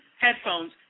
headphones